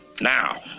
now